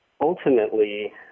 Ultimately